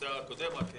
מאוד פשוט.